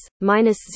minus